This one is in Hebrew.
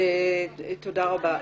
תודה רבה.